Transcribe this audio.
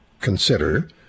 consider